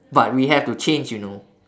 but we have to change you know